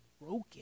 broken